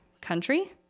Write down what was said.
country